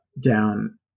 down